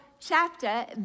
chapter